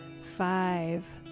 five